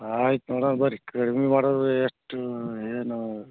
ಆಯ್ತು ನೋಡೋಣ ಬರ್ರಿ ಕಡ್ಮೆ ಮಾಡೋದು ಎಷ್ಟು ಏನು